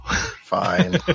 Fine